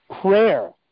prayer